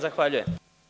Zahvaljujem.